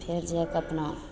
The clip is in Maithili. फेर जाकऽ अपना